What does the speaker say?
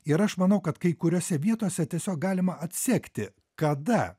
ir aš manau kad kai kuriose vietose tiesiog galima atsekti kada